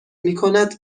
میکند